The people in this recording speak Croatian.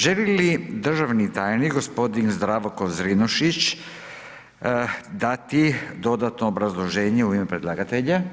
Želi li državni tajnik g. Zdravko Zrinušić dati dodatno obrazloženje u ime predlagatelja?